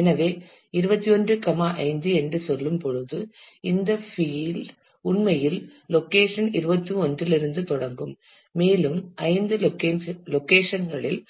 எனவே 215 என்று சொல்லும்போது இந்த பீல்ட் உண்மையில் லொகேஷன் 21 இலிருந்து தொடங்கும் மேலும் 5 லொகேஷன் களில்